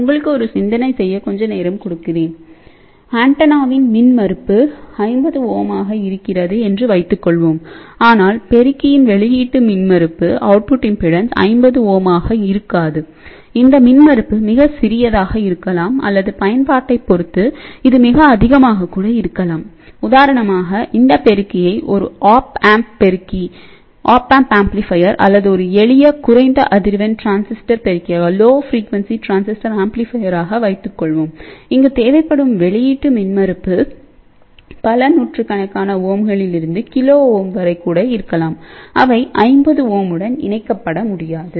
உங்களுக்கு ஒரு சிந்தனை செய்ய கொஞ்ச நேரம் கொடுக்கிறேன் ஆண்டெனாவின் மின்மறுப்பு 50 Ω ஆக இருக்கிறது என்று வைத்துக் கொள்வோம் ஆனால் பெருக்கியின் வெளியீட்டு மின்மறுப்பு 50Ω ஆக இருக்காது இந்த மின்மறுப்பு மிகச் சிறியதாக இருக்கலாம் அல்லது பயன்பாட்டைப் பொறுத்து இது மிக அதிகமாகக்கூட இருக்கலாம் உதாரணமாக இந்த பெருக்கியை ஒரு ஆப் ஆம்ப் பெருக்கி அல்லது ஒரு எளிய குறைந்த அதிர்வெண் டிரான்சிஸ்டர் பெருக்கியாக வைத்துக் கொள்வோம் இங்கு தேவைப்படும் வெளியீட்டு மின்மறுப்பு பல நூற்றுக்கணக்கான ஓம்களில் இருந்து KΩ வரை கூட இருக்கலாம் அவை 50Ω உடன் இணைக்கப்பட முடியாது